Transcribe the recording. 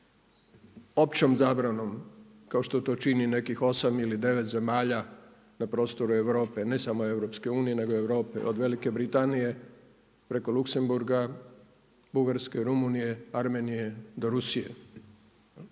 općom zabranom kao što to čini nekih 8 ili 9 zemalja na prostoru Europe, ne samo EU nego Europe od Velike Britanije preko Luksemburga, Bugarske, Rumunije, Armenije do Rusije.